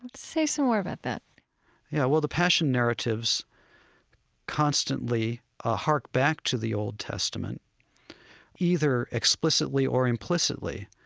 say some more about that yeah. well, the passion narratives constantly ah hark back to the old testament either explicitly or implicitly.